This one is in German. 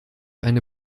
eine